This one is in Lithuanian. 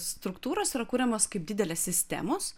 struktūros yra kuriamos kaip didelės sistemos